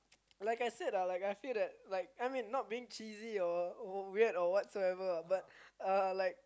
like I said ah I feel that I mean not being cheesy or weird or whatsoever but like